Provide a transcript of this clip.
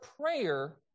prayer